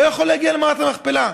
לא יכול להגיע למערת המכפלה.